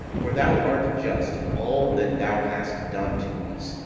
for thou art just in all that thou hast done to us,